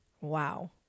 wow